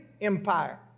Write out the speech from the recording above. empire